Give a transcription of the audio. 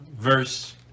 verse